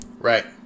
Right